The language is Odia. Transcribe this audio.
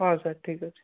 ହଁ ସାର୍ ଠିକ୍ ଅଛି